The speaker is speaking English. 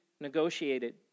negotiated